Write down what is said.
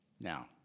Now